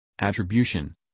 Attribution